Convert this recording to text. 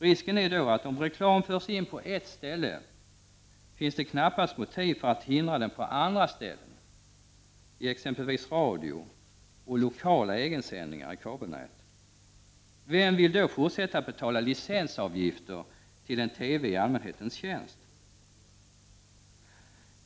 Risken är att om reklam förs in på ett ställe finns det knappast motiv för att hindra den på andra ställen, i exempelvis radio och lokala egensändningar i kabelnät. Vem vill då fortsätta att betala licensavgifter till en TV i allmänhetens tjänst.